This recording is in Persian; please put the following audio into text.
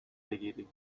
بگیری